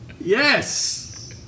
Yes